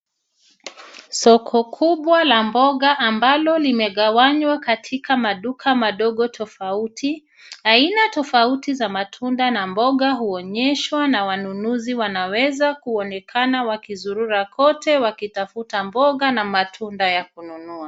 Soko kubwa la mboga ambalo limegawanywa katika maduka madogo tofauti , aina tofauti za matunda na mboga huonyeshwa na wanunuzi wanaweza kuonekana wakizurura kote wakitafuta mboga na matunda ya kununua.